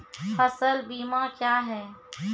फसल बीमा क्या हैं?